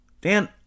Dan